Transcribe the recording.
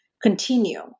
Continue